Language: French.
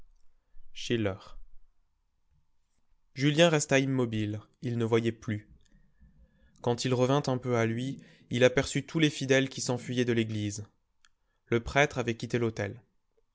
schiller julien resta immobile il ne voyait plus quand il revint un peu à lui il aperçut tous les fidèles qui s'enfuyaient de l'église le prêtre avait quitté l'autel